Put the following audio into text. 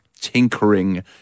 tinkering